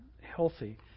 healthy